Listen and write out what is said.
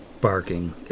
barking